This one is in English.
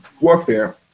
warfare